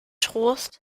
trost